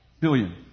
Billion